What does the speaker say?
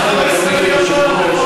תעשה הסכם עם חמאס, 15 מיליון דולר בחודש.